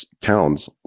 towns